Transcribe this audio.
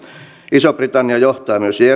iso britannia johtaa myös jef